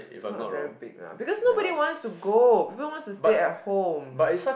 its not very big lah because nobody wants to go people wants to stay at home